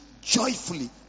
joyfully